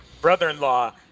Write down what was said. brother-in-law